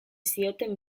zioten